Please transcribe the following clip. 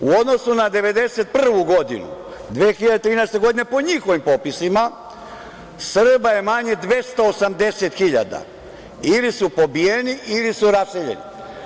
U odnosu na 1991. godinu, 2013. godine, po njihovim popisima, Srba je manje 280.000, ili su pobijeni ili su raseljeni.